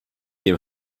dem